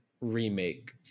Remake